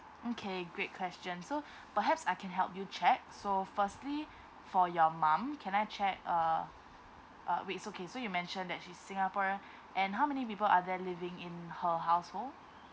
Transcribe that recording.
mm K great question so perhaps I can help you check so firstly for your mum can I check uh uh wait so K so you mentioned that she's singaporean and how many people are there living in her household